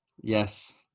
Yes